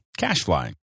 Cashfly